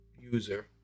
user